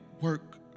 work